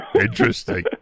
Interesting